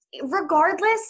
regardless